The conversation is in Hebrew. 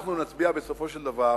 אנחנו נצביע בסופו של דבר